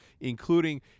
including